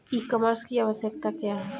ई कॉमर्स की आवशयक्ता क्या है?